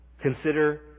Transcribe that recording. Consider